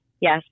Yes